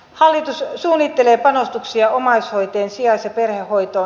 hallitus suunnittelee panostuksia omaishoitajien sijais ja perhehoitoon